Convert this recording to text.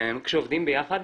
כשעובדים ביחד,